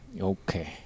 Okay